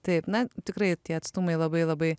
taip na tikrai tie atstumai labai labai